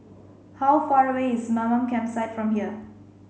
how far away is Mamam Campsite from here